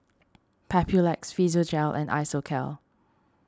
Papulex Physiogel and Isocal